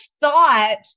thought